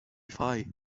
فای